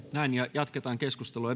jatketaan keskustelua